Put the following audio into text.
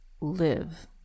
live